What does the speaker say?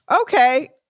Okay